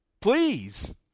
please